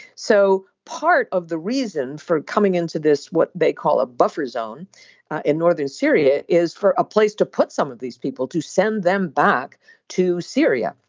so part of the reason for coming into this what they call a buffer zone in northern syria is for a place to put some of these people to send them back to syria.